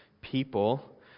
people